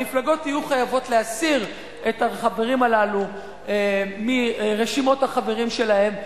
המפלגות יהיו חייבות להסיר את החברים הללו מרשימות החברים שלהן,